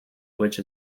which